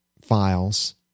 files